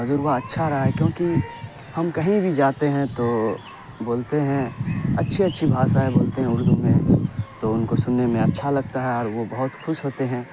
تجربہ اچھا رہا ہے کیوںکہ ہم کہیں بھی جاتے ہیں تو بولتے ہیں اچھی اچھی بھاشائیں بولتے ہیں اردو میں تو ان کو سننے میں اچھا لگتا ہے اور وہ بہت خوش ہوتے ہیں